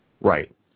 Right